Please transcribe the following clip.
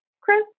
Chris